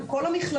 את כל המכללות.